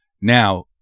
Now